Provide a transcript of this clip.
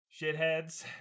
shitheads